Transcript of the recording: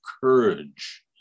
courage